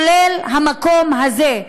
כולל המקום הזה,